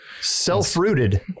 self-rooted